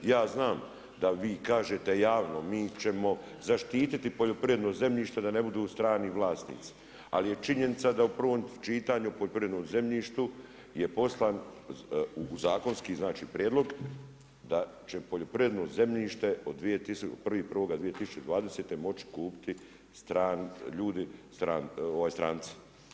Ja znam da vi kažete javno, mi ćemo zaštiti poljoprivredno zemljište da ne budu strani vlasnici, ali je činjenica da u prvom čitanju o poljoprivrednom zemljištu je poslan u zakonski znači prijedlog da će poljoprivredno zemljište od 1.1.2020. moći kupiti stranci.